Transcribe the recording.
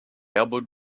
elbowed